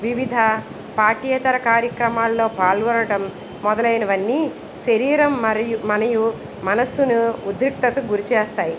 వివిధ పార్టీయేతర కార్యక్రమాల్లో పాల్గొనడం మొదలైనవి అన్నీ శరీరం మరియు మనసును ఉద్రిక్తతకు గురిచేస్తాయి